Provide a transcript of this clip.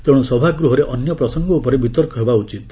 ତେଣୁ ସଭାଗୃହରେ ଅନ୍ୟ ପ୍ରସଙ୍ଗ ଉପରେ ବିତର୍କ ହେବା ଉଚିତ୍